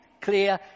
clear